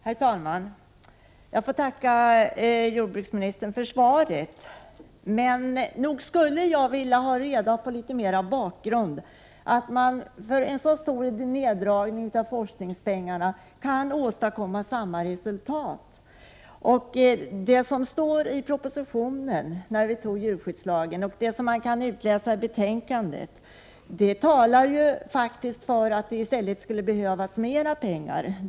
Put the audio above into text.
Herr talman! Jag får tacka jordbruksministern för svaret. Jag skulle vilja veta litet mer om bakgrunden till jordbruksministerns påstående att samma resultat kan åstadkommas efter en så stor neddragning av forskningspengarna. Det som står i propositionen och betänkandet om djurskyddslagen, som riksdagen har antagit, talar för att det i stället skulle Prot. 1988/89:46 behövas mera pengar.